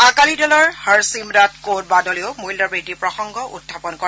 আকালি দলৰ হৰছিমৰাট কৌৰ বাদলেও মূল্যবৃদ্ধিৰ প্ৰসংগ উখাপন কৰে